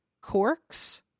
corks